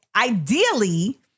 ideally